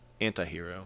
Antihero